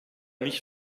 nicht